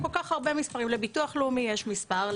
לביטוח לאומי יש מספר,